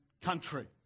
country